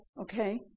okay